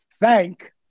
thank